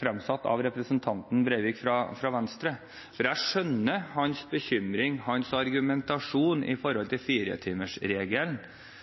framsatt av representanten Breivik fra Venstre. Jeg skjønner hans bekymring og hans argumentasjon når det gjelder firetimersregelen